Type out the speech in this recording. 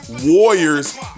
Warriors